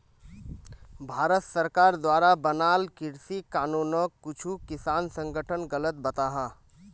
भारत सरकार द्वारा बनाल कृषि कानूनोक कुछु किसान संघठन गलत बताहा